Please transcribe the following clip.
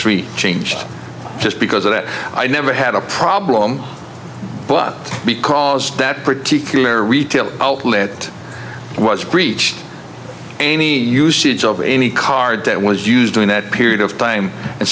three changed just because of that i never had a problem but because that particular retail outlet was breached any usage of any card that was used during that period of time and